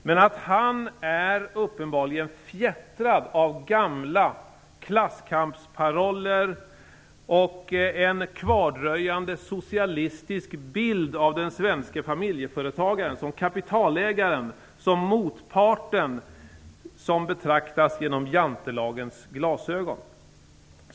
Men han är uppenbarligen fjättrad av gamla klasskampsparoller och av en kvardröjande socialistisk bild av den svenske familjeföretagaren, som kapitalägaren, motparten som betraktas genom Jantelagens glasögon.